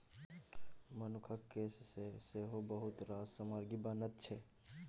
मनुखक केस सँ सेहो बहुत रास सामग्री बनैत छै